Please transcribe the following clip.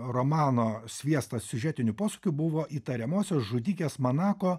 romano sviestas siužetinių posūkių buvo įtariamosios žudikės manako